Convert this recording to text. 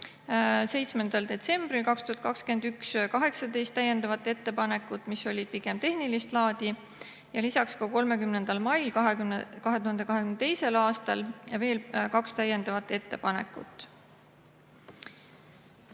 7. detsembril 2021 esitati 18 täiendavat ettepanekut, mis olid pigem tehnilist laadi, ja lisaks 30. mail 2022. aastal veel kaks täiendavat ettepanekut.